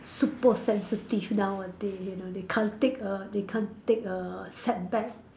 super sensitive nowadays you know they can't take a they can't take a setback